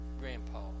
grandpa